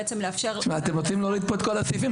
בעצם לאפשר --- אתם רוצים להוריד פה את כל הסעיפים.